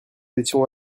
étions